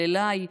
אללי,